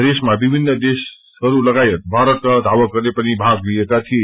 दौडमा विमिन्न देशहरू लगायत भारतका धावकहरूले भाग लिएका थिए